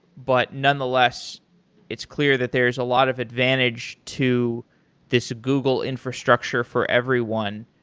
but nonetheless it's clear that there's a lot of advantage to this google infrastructure for everyone,